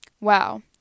wow